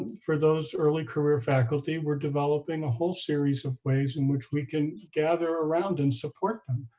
for those early career faculty, we're developing a whole series of ways in which we can gather around and support them,